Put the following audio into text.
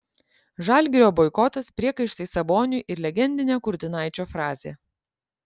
žalgirio boikotas priekaištai saboniui ir legendinė kurtinaičio frazė